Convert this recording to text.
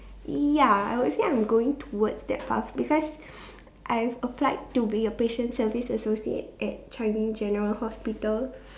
ya I would say I'm going towards that path because I've applied to be a patient service associate at Changi-general-hospital